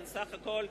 סך הכול,